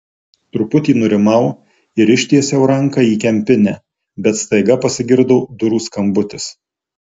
truputį nurimau ir ištiesiau ranką į kempinę bet staiga pasigirdo durų skambutis